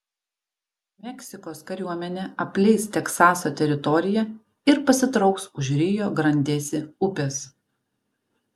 meksikos kariuomenė apleis teksaso teritoriją ir pasitrauks už rio grandėsi upės